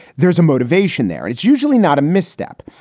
there's a motivation there. and it's usually not a misstep.